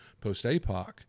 post-APOC